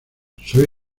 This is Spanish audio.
soy